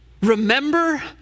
Remember